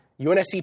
UNSC